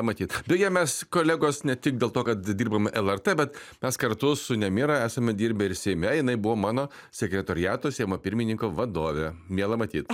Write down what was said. matyt beje mes kolegos ne tik dėl to kad dirbame lrt bet mes kartu su nemira esame dirbę ir seime jinai buvo mano sekretoriato seimo pirmininko vadovė miela matyt